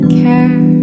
care